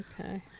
Okay